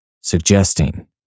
suggesting